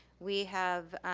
we have,